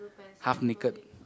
half naked